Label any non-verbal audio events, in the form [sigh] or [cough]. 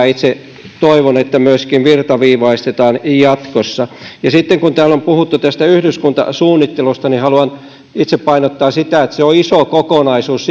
[unintelligible] itse toivon että myöskin kaavoitusjärjestelmää virtaviivaistetaan jatkossa ja sitten kun täällä on puhuttu tästä yhdyskuntasuunnittelusta niin haluan itse painottaa sitä että se on iso kokonaisuus [unintelligible]